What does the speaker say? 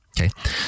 Okay